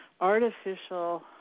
artificial